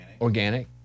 organic